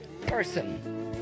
person